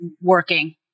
working